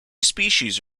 species